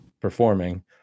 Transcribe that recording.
performing